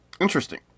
Interesting